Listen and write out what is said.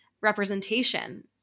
representation